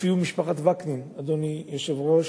הופיעו משפחת וקנין, אדוני היושב-ראש,